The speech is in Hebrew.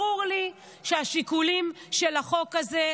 ברור לי שהשיקולים של החוק הזה,